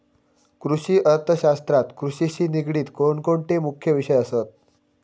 कृषि अर्थशास्त्रात कृषिशी निगडीत कोणकोणते मुख्य विषय असत?